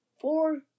four